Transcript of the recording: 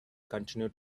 continue